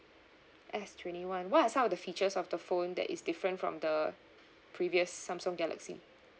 S twenty one what are some of the features of the phone that is different from the previous samsung galaxy